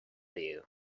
you